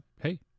hey